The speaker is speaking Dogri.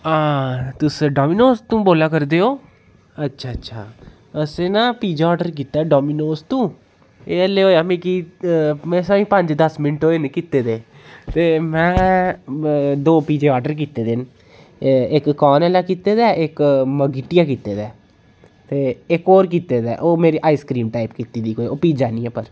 हां तुस डोमीनोस तु बोला करदे ओ अच्छा अच्छा असें ना पिज्जा आर्डर कीता डामीनोज तु एह् अल्ले होएआ मिकी कोई मसां ई पंज दस मिंट्ट होऐ न कीते दे ते में दो पिज्जे आर्डर कीते दे न इक कार्न आह्ला कीते दा इक मगीटिया कीते दे ऐ ते इक होर कीते दा ऐ ओह् मेरी आईसक्रीम टाइप कीती दी ऐ कोई ओह् पिज्जा नी ऐ पर